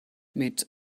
mit